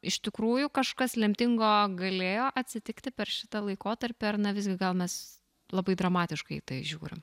iš tikrųjų kažkas lemtingo galėjo atsitikti per šitą laikotarpį ar na visgi gal mes labai dramatiškai į tai žiūrim